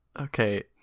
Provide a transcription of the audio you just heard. Okay